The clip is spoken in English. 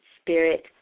Spirit